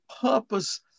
purpose